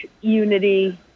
unity